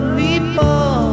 people